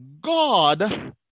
God